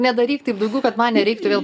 nedaryk taip daugiau kad man nereiktų vėl